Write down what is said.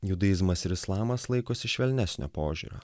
judaizmas ir islamas laikosi švelnesnio požiūrio